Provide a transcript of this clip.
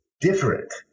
different